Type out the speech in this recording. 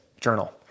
journal